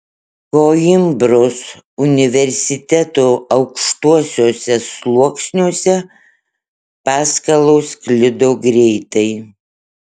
koimbros universiteto aukštuosiuose sluoksniuose paskalos sklido greitai